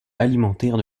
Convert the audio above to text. alimentaire